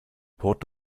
port